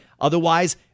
Otherwise